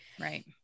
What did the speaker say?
Right